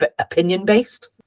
opinion-based